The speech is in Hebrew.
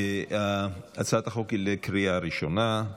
הצעת החוק היא לקריאה ראשונה.